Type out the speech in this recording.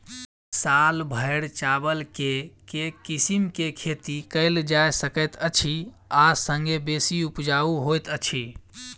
साल भैर चावल केँ के किसिम केँ खेती कैल जाय सकैत अछि आ संगे बेसी उपजाउ होइत अछि?